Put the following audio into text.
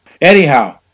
Anyhow